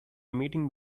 meeting